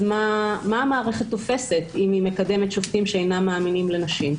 אז מה המערכת תופסת אם היא מקדמת שופטים שאינם מאמינים לנשים?